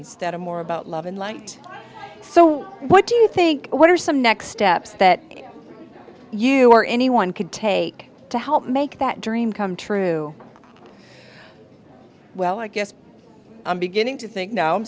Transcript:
are more about love and light so what do you think what are some next steps that you or anyone could take to help make that dream come true well i guess i'm beginning to think no